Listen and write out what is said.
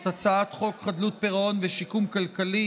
את הצעת חוק חדלות פירעון ושיקום כלכלי